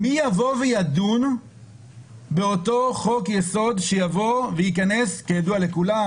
מי יבוא וידון באותו חוק-יסוד שיבוא וייכנס כידוע לכולם,